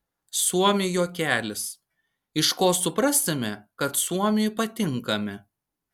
suomių juokelis iš ko suprasime kad suomiui patinkame